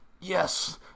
Yes